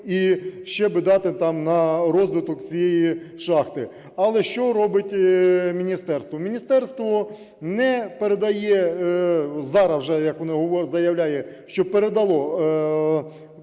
і ще би дати там на розвиток цієї шахти. Але що робить міністерство? Міністерство не передає, зараз вже як воно заявляє, що передало